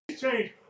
change